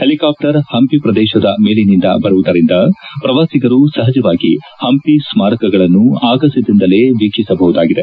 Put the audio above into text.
helicopter Hampi ಪ್ರದೇಶದ ಮೇಲಿನಿಂದ ಬರುವುದರಿಂದ ಪ್ರವಾಸಿಗರು ಸಹಜವಾಗಿ ಪಂಪಿ ಸ್ನಾರಕಗಳನ್ನು ಆಗಸದಿಂದಲೇ ವೀಕ್ಷಿಸಬಹುದಾಗಿದೆ